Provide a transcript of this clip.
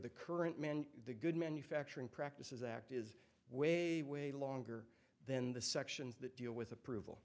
the current man the good manufacturing practices act is way way longer than the sections that deal with approval